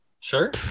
Sure